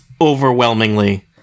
overwhelmingly